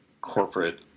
corporate